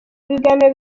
ibiganiro